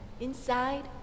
inside